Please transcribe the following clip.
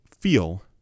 feel